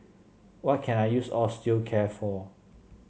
what can I use Osteocare for